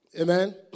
Amen